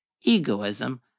Egoism